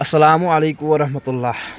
اسلامُ علیکُم ورحمتُہ اللہ